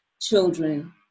children